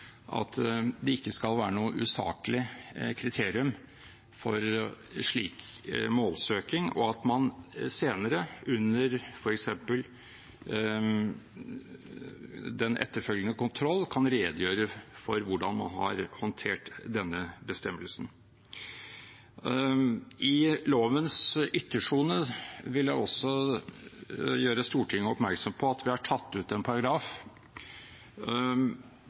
at det ikke skal være noe usaklig kriterium for slik målsøking, og at man senere, under f.eks. den etterfølgende kontroll, kan redegjøre for hvordan man har håndtert denne bestemmelsen. I lovens yttersoner vil jeg også gjøre Stortinget oppmerksom på at vi har tatt ut en paragraf.